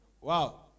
Wow